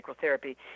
therapy